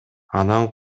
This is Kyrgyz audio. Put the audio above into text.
анан